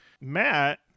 Matt